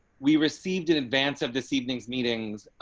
we received in advance of this evening's meetings,